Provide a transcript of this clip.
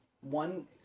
One